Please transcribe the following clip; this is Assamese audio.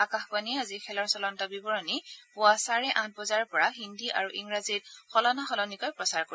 আকাশবাণীয়ে আজিৰ খেলৰ চলন্ত বিৱৰণী পুৱা চাৰে আঠ বজাৰ পৰা হিন্দী আৰু ইংৰাজীত সলনাসলনিকৈ প্ৰচাৰ কৰিব